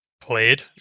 played